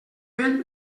vell